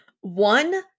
one